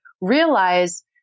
realize